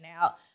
out